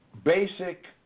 Basic